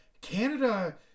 Canada